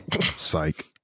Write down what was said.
psych